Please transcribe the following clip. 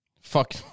Fuck